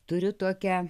turiu tokią